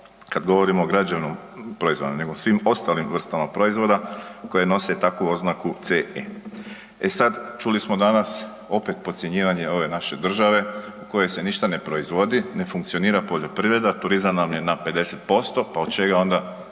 kad govorimo o građevnom proizvodu nego o svim ostalim vrstama proizvoda koje nose takvu oznaku CE. E sad, čuli smo danas opet podcjenjivanje ove naše države u kojoj se ništa ne proizvodi, ne funkcionira poljoprivreda, turizam nam je na 50% pa od čega onda